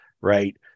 right